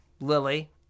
Lily